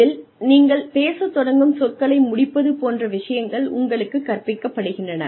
இதில் நீங்கள் பேசத் தொடங்கும் சொற்களை முடிப்பது போன்ற விஷயங்கள் உங்களுக்கு கற்பிக்கப்படுகின்றன